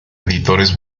editores